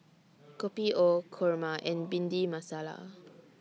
Kopi O Kurma and Bhindi Masala